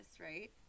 right